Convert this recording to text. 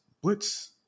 blitz